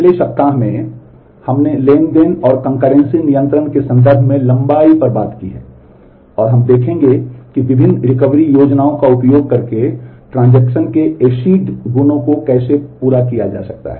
पिछले सप्ताह में हमने ट्रांज़ैक्शन और कंकर्रेंसी गुणों को कैसे पूरा किया जा सकता है